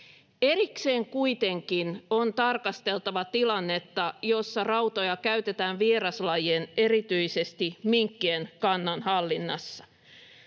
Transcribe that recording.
Erikseen kuitenkin on tarkasteltava tilannetta, jossa rautoja käytetään vieraslajien, erityisesti minkkien, kannan hallinnassa.